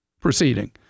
proceeding